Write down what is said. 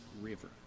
River